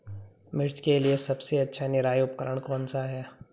मिर्च के लिए सबसे अच्छा निराई उपकरण कौनसा है?